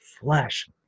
flesh